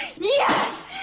Yes